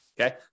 okay